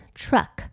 truck